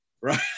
right